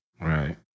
Right